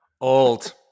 Old